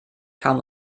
kam